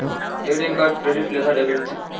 ATM card credit లేదా debit?